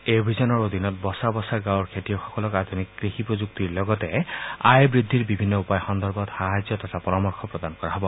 এই অভিযানৰ অধীনত বচা বচা গাঁৱৰ খেতিয়কসকলক আধুনিক কৃষি প্ৰযুক্তিৰ লগতে আয় বৃদ্ধিৰ বিভিন্ন উপায় সন্দৰ্ভত সাহায্য তথা পৰামৰ্শ প্ৰদান কৰা হ'ব